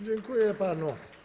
Dziękuję panu.